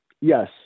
Yes